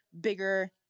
bigger